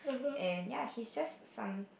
and ya he's just some